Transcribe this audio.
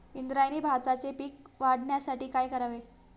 इंद्रायणी भाताचे पीक वाढण्यासाठी काय करावे?